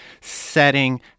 setting